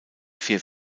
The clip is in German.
vier